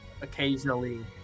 occasionally